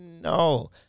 no